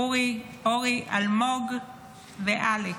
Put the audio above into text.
אורי, אלמוג ואלכס.